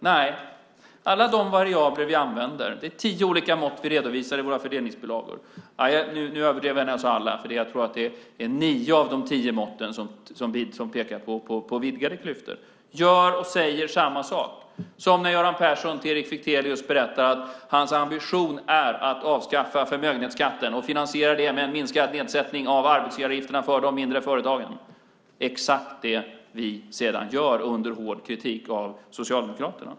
Nej, av de tio mått vi redovisar i våra fördelningsbilagor pekar nio av tio på vidgade klyftor. Gör och säger samma sak. Det är som när Göran Persson för Erik Fichtelius berättar att hans ambition är att avskaffa förmögenhetsskatten och finansiera det med en minskad nedsättning av arbetsgivaravgifterna för de mindre företagen. Det är exakt det vi sedan gör under hård kritik av Socialdemokraterna.